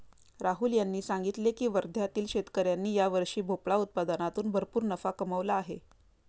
राहुल यांनी सांगितले की वर्ध्यातील शेतकऱ्यांनी यावर्षी भोपळा उत्पादनातून भरपूर नफा कमावला आहे